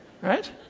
Right